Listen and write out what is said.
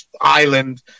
Island